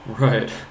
Right